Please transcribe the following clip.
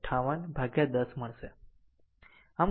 58 10 મળશે